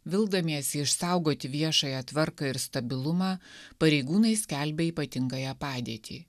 vildamiesi išsaugoti viešąją tvarką ir stabilumą pareigūnai skelbia ypatingąją padėtį